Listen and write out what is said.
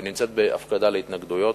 נמצאת בהפקדה להתנגדויות,